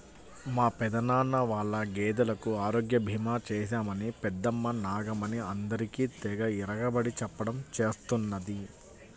మా పెదనాన్న వాళ్ళ గేదెలకు ఆరోగ్య భీమా చేశామని పెద్దమ్మ నాగమణి అందరికీ తెగ ఇరగబడి చెప్పడం చేస్తున్నది